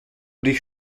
dich